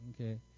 Okay